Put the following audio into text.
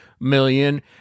million